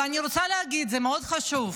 ואני רוצה להגיד, זה מאוד חשוב.